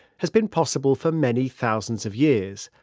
has been possible for many thousands of years,